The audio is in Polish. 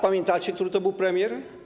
Pamiętacie, który to był premier?